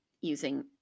using